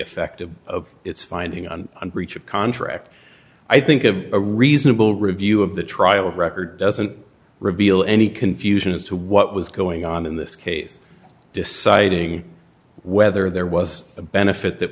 effect of its finding on breach of contract i think of a reasonable review of the trial record doesn't reveal any confusion as to what was going on in this case deciding whether there was a benefit that